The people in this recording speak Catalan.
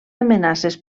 amenaces